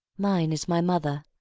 mine is my mother.